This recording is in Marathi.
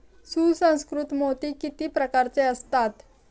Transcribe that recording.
सुसंस्कृत मोती किती प्रकारचे असतात?